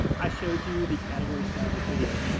i showed you the category specific videos,